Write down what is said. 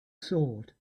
sword